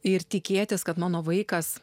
ir tikėtis kad mano vaikas